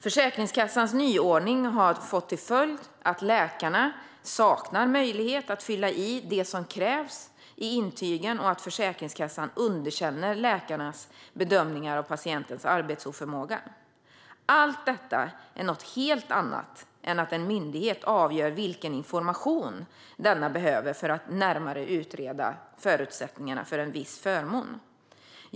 Försäkringskassans nyordning har fått till följd att läkarna saknar möjlighet att fylla i det som krävs i intygen och att Försäkringskassan underkänner läkarnas bedömningar av patientens arbetsoförmåga. Allt detta är något helt annat än att en myndighet avgör vilken information denna behöver för att närmare utreda förutsättningarna för en viss förmån.